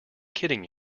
kidding